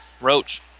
Roach